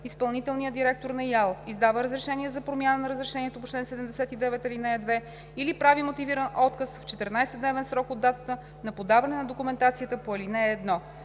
Изпълнителният директор на ИАЛ издава разрешение за промяна на разрешението по чл. 79, ал. 2 или прави мотивиран отказ в 14-дневен срок от датата на подаване на документацията по ал. 1.“